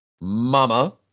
Mama